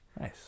Nice